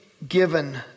Given